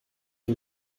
und